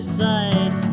side